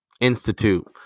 institute